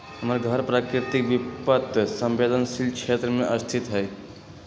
हमर घर प्राकृतिक विपत संवेदनशील क्षेत्र में स्थित हइ